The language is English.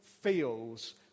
feels